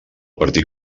partit